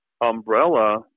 umbrella